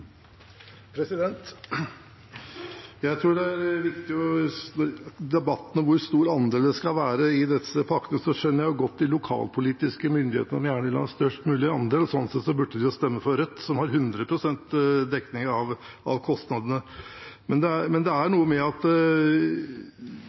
det gjelder debatten om hvor stor andel som skal dekkes i disse pakkene, skjønner jeg godt de lokalpolitiske myndighetene, som gjerne vil ha en størst mulig andel. Sånn sett burde de jo stemme for Rødt, som har 100 pst. dekning av kostnadene. Når det gjelder merkostnaden fra 50 til 70 pst., utgjør det